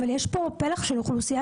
אבל יש פה פלח של אוכלוסייה,